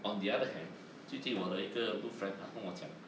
on the other hand 最近我的一个 good friend 他跟我讲